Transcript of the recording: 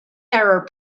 error